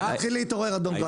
תתחיל להתעורר אדוני.